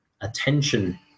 attention